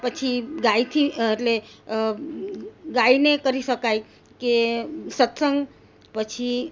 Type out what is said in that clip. પછી ગાયથી એટલે ગાયને કરી શકાય કે સત્સંગ પછી